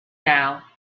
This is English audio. now